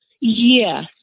Yes